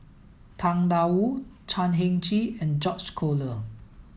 Tang Da Wu Chan Heng Chee and George Collyer